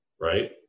right